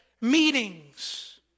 meetings